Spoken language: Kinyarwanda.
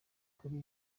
kuri